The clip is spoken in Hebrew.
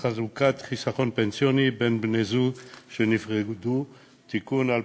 לחלוקת חיסכון פנסיוני בין בני-זוג שנפרדו (תיקון),